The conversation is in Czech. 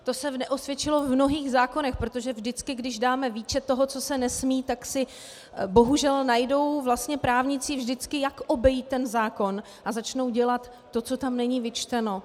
To se neosvědčilo v mnohých zákonech, protože vždycky když dáme výčet toho, co se nesmí, tak si bohužel najdou právníci vždycky, jak obejít ten zákon, a začnou dělat to, co tam není vyčteno.